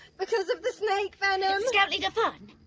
because of the snake venom. scout leader funn.